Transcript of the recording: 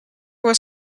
was